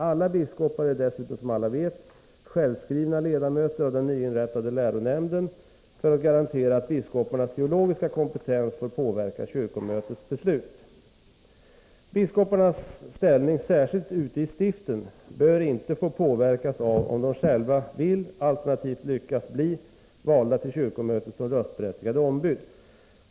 Alla biskopar är dessutom som alla vet självskrivna ledamöter av den nyinrättade läronämnden för att garantera att biskoparnas teologiska kompetens får påverka kyrkomötets beslut. Biskoparnas ställning, särskilt ute i stiften, bör inte få påverkas av om de själva vill, alternativt lyckas bli, valda till kyrkomötet som röstberättigade ombud.